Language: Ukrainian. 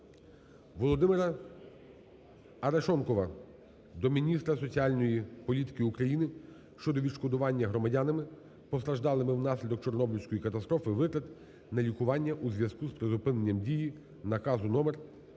Володимира Арешонкова до міністра соціальної політики України щодо відшкодування громадянами, постраждалими внаслідок Чорнобильської катастрофи, витрат на лікування у зв'язку з призупиненням дії Наказу №